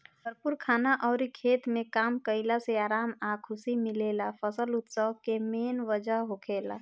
भरपूर खाना अउर खेत में काम कईला से आराम आ खुशी मिलेला फसल उत्सव के मेन वजह होखेला